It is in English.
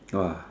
!wah!